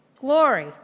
glory